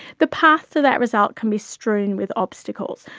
the path to that result can be strewn with obstacles.